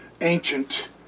ancient